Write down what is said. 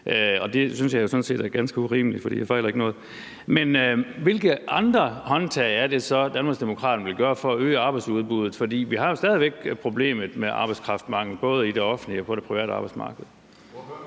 at det synes jeg sådan set er ganske urimeligt, for jeg fejler ikke noget. Men hvilke andre håndtag er det så, at Danmarksdemokraterne vil skrue på for at øge arbejdsudbuddet? For vi har jo stadig væk problemet med mangel på arbejdskraft både i det offentlige og på det private arbejdsmarked.